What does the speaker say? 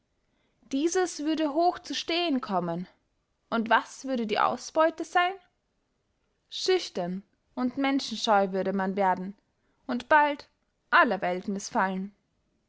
dieses würde hoch zu stehen kommen und was würde die ausbeute seyn schüchtern und menschenscheu würde man werden und bald aller welt mißfallen